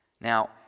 Now